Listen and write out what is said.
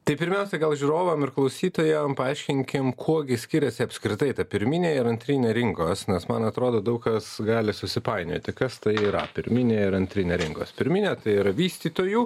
tai pirmiausiai gal žiūrovam ir klausytojam paaiškinkim kuo gi skiriasi apskritai ta pirminė ir antrinė rinkos nes man atrodo daug kas gali susipainioti kas tai yra pirminė ir antrinė rinkos pirminė tai yra vystytojų